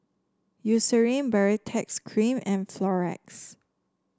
Eucerin Baritex Cream and Floxia